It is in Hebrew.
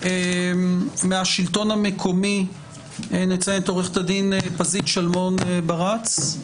מהשלטון המקומי נציין את עורכת הדין פזית שלמון-ברץ,